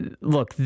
look